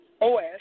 OS